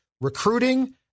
recruiting